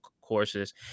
courses